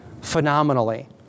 phenomenally